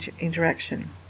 interaction